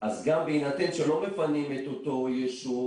אז גם בהינתן שלא מפנים את אותו ישוב,